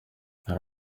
hari